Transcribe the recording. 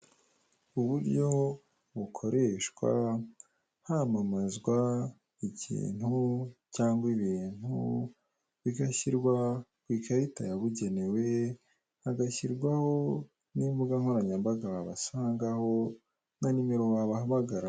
Uburyo bukoreshwa hamamazwa ikintu cyangwa ibintu bigashyirwa ku ikarita yabugenewe, hagashyirwaho n'imbugankoranyambaga wasangaho nka nimero wabahamagaraho.